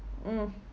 mm